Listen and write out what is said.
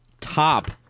top